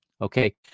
Okay